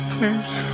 Please